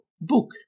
book